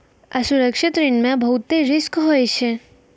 असुरक्षित ऋण मे बहुते रिस्क हुवै छै